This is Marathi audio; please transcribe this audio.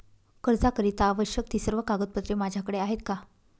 कर्जाकरीता आवश्यक ति सर्व कागदपत्रे माझ्याकडे आहेत का?